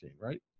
right